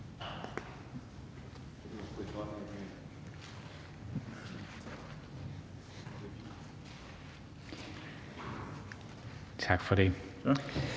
Tak for